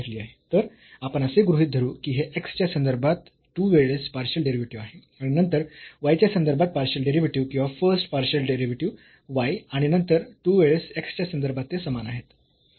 तर आपण असे गृहीत धरू की हे x च्या संदर्भात 2 वेळेस पार्शियल डेरिव्हेटिव्ह आहे आणि नंतर y च्या संदर्भात पार्शियल डेरिव्हेटिव्ह किंवा फर्स्ट पार्शियल डेरिव्हेटिव्ह y आणि नंतर 2 वेळेस x च्या संदर्भात ते समान आहेत